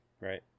Right